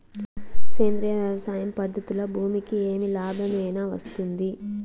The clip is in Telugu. సేంద్రియ వ్యవసాయం పద్ధతులలో భూమికి ఏమి లాభమేనా వస్తుంది?